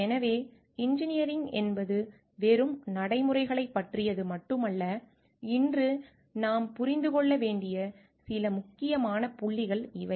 எனவே இன்ஜினியரிங் என்பது வெறும் நடைமுறைகளைப் பற்றியது மட்டுமல்ல இன்று நாம் புரிந்து கொள்ள வேண்டிய சில முக்கியமான புள்ளிகள் இவை